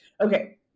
Okay